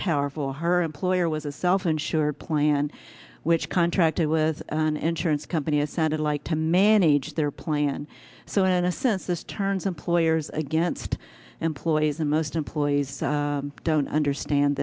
powerful her employer was a self insured plan which contracted with an insurance company assented like to manage their plan so in a sense this turns employers against employees and most employees don't understand